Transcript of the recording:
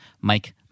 Mike